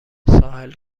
ساحل